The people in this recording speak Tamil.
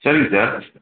சரிங்க சார்